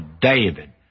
David